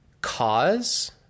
cause